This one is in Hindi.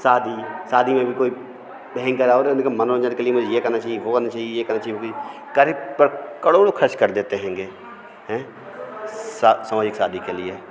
शादी शादी में भी कोई मनोरंजन के लिए वह यह करना चाहिए वह करना चाहिए यह करना कारेक प करोड़ों ख़र्च कर देते हेंगे सा सामाजिक शादी के लिए